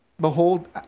Behold